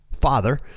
father